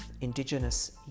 indigenous